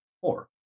Four